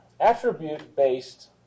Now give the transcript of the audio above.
attribute-based